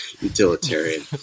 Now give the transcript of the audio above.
utilitarian